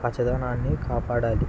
పచ్చదనాన్ని కాపాడాలి